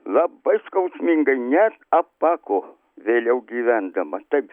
labai skausmingai net apako vėliau gyvendama taip